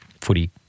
footy